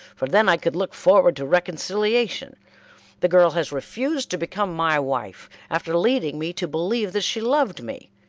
for then i could look forward to reconciliation the girl has refused to become my wife, after leading me to believe that she loved me.